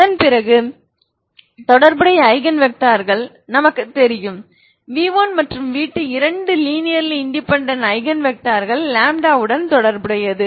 அதன்பிறகு தொடர்புடைய ஐகன் வெக்டார்கள் எனக்கு தெரியும் v1 மற்றும் v2 இரண்டு லீனியர்ர்லி இன்டெபேன்டென்ட் ஐகன் வெக்டார்கள் 1 உடன் தொடர்புடையது